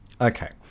Okay